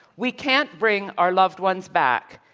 we can't bring our loved ones back,